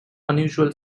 unusual